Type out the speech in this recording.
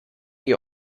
ihr